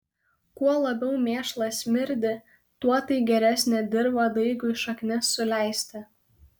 kuo labiau mėšlas smirdi tuo tai geresnė dirva daigui šaknis suleisti